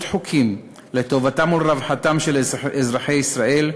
חוקים לטובתם ולרווחתם של אזרחי ישראל.